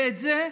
ואת זה,